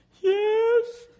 yes